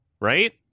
Right